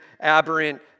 aberrant